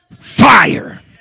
fire